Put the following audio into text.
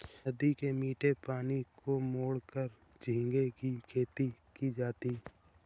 नदी के मीठे पानी को मोड़कर झींगे की खेती की जाती है